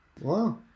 Wow